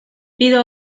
pido